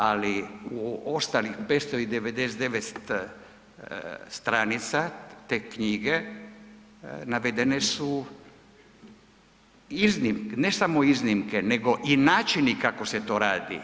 Ali u ostalih 599 stranica te knjige navedene su iznimke, ne samo iznimke nego i načini kako se to radi.